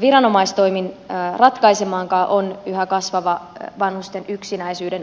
viranomaistoimin ratkaisemaankaan on yhä kasvava vanhusten yksinäisyyden ongelma